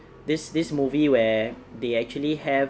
this this movie where they actually have